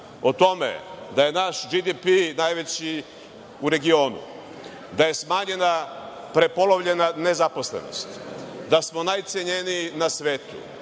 o tome da je naš BDP najveći u regionu, da je smanjena, prepolovljena nezaposlenost, da smo najcenjeniji na svetu,